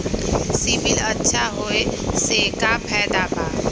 CIBIL अच्छा होऐ से का फायदा बा?